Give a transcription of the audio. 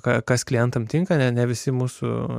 ką kas klientams tinka ne visi mūsų